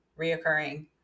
reoccurring